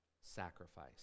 sacrifice